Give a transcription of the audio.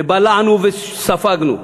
ובלענו וספגנו.